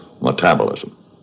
Metabolism